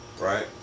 right